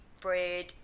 bread